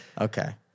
Okay